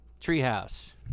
Treehouse